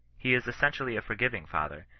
he is essen tially a forgiving father,